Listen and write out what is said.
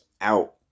out